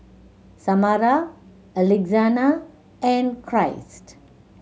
Samara Alexina and Christ